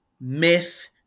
myth